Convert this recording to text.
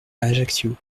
ajaccio